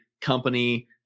company